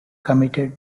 committed